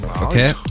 Okay